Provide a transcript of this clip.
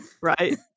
right